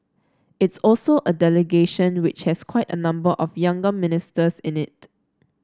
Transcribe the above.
it's also a delegation which has quite a number of younger ministers in it